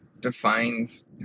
defines